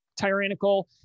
tyrannical